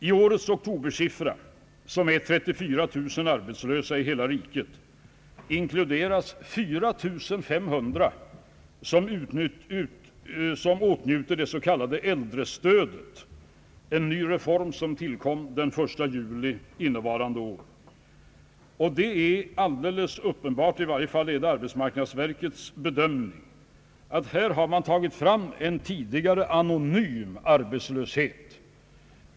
I årets oktobersiffra, som är 34 000 arbetslösa i hela riket, inkluderas 4 500 som åtnjuter det s.k. äldrestödet — en ny reform som tillkom den 1 juli innevarande år. Det är alldeles uppenbart — i varje fall är det arbetsmarknadsverkets bedömning — att man här har tagit fram en tidigare anonym arbetslöshet.